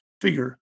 figure